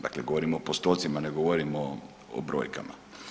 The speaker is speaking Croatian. Dakle, govorim o postocima ne govorim o brojkama.